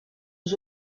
aux